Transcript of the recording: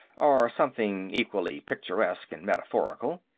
or something equally picturesque and metaphorical.